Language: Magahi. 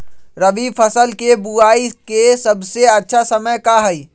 रबी फसल के बुआई के सबसे अच्छा समय का हई?